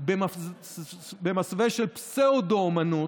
במסווה של פסאודו-אומנות,